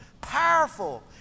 powerful